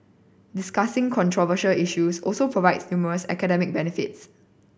discussing controversial issues also provides numerous academic benefits